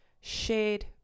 shared